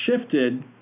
shifted